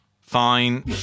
Fine